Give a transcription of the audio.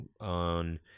on